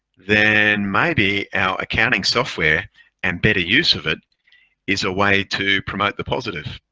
then maybe our accounting software and better use of it is a way to promote the positive.